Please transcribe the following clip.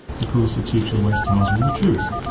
because the teacher always tells me the truth.